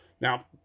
Now